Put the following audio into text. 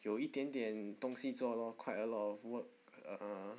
有一点点东西做 lor quite a lot of work (uh huh)